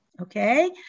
okay